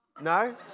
No